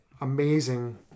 Amazing